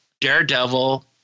Daredevil